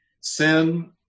Sin